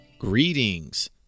Greetings